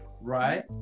right